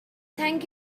thank